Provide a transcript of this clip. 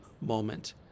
moment